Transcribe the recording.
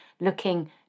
looking